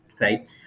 Right